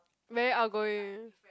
very outgoing